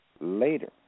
later